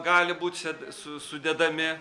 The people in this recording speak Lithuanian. gali būt se su sudedami